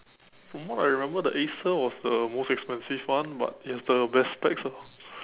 from what I remember the Acer was the most expensive one but it has the best specs ah